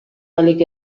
ahalik